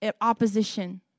opposition